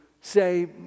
say